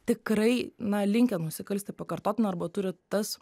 tikrai na linkę nusikalsti pakartotinai arba turi tas